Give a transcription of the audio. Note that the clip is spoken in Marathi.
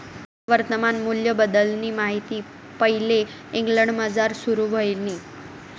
वर्तमान मूल्यबद्दलनी माहिती पैले इंग्लंडमझार सुरू व्हयनी